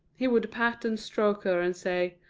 he would pat and stroke her and say,